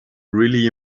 really